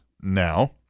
Now